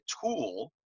tool